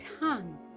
tongue